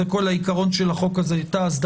זה כל העיקרון של החוק הזה.